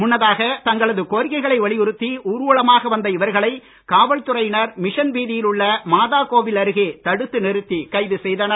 முன்னதாக தங்களது கோரிக்கைகளை வலியுறுத்தி ஊர்வலமாக வந்த இவர்களை காவல்துறையினர் மிஷன் வீதியில் உள்ள மாதா கோவில் அருகே தடுத்தி நிறுத்தினர்